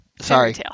sorry